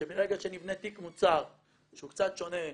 מרגע שנבנה תיק מוצר שהוא קצת שונה,